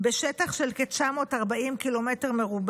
בשטח של כ-940 קמ"ר.